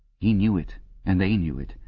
he knew it and they knew it,